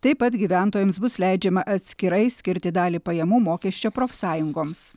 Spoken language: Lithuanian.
taip pat gyventojams bus leidžiama atskirai skirti dalį pajamų mokesčio profsąjungoms